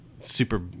super